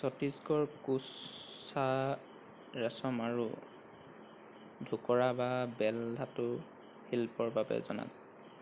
ছত্তীশগড় 'কোচা ৰেচম' আৰু 'ধোকৰা বা বেল ধাতু শিল্পৰ বাবে জনাজাত